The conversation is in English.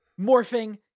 morphing